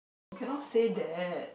you cannot say that